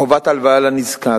חובת הלוואה לנזקק,